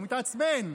הוא מתעצבן.